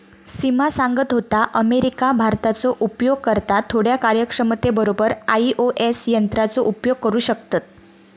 सिमा सांगत होता, अमेरिका, भारताचे उपयोगकर्ता थोड्या कार्यक्षमते बरोबर आई.ओ.एस यंत्राचो उपयोग करू शकतत